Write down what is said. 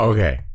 Okay